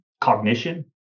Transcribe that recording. cognition